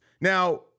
Now